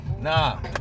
Nah